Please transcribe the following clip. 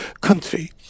country